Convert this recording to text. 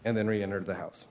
and then re entered the house